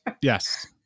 Yes